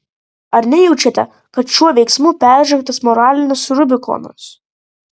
ar nejaučiate kad šiuo veiksmu peržengtas moralinis rubikonas